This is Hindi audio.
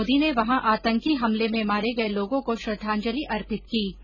श्री मोदी ने वहां आतंकी हमले में मारे गये लोगों को श्रद्वांजलि अर्पित की